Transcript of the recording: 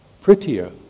prettier